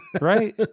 right